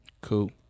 Cool